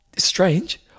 strange